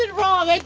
and wrong. like